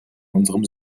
unserem